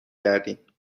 کردیم